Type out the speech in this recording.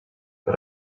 but